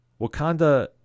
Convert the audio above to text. wakanda